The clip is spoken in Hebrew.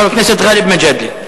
חבר הכנסת גאלב מג'אדלה.